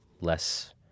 less